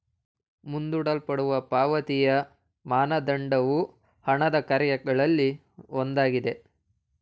ಮುಂದೂಡಲ್ಪಟ್ಟ ಪಾವತಿಯ ಮಾನದಂಡವು ಹಣದ ಕಾರ್ಯಗಳಲ್ಲಿ ಒಂದಾಗಿದೆ